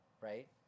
Right